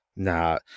Nah